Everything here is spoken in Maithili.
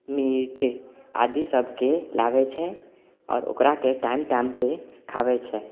मीट आदि सबके लाबै छै आओर ओकराके टाइम टाइमपर खाबै छै